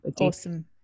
awesome